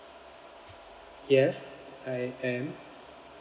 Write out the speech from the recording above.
yes I am